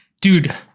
dude